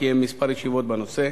קיים כמה ישיבות בנושא.